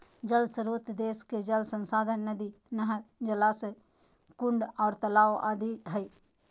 जल श्रोत देश के जल संसाधन नदी, नहर, जलाशय, कुंड आर तालाब आदि हई